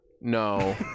No